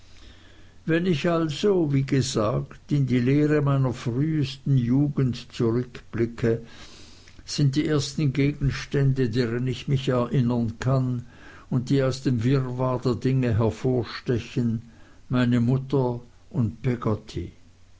wenn ich also wie gesagt in die leere meiner frühesten jugend zurückblicke sind die ersten gegenstände deren ich mich entsinnen kann und die aus dem wirrwarr der dinge hervorstechen meine mutter und